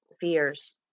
fears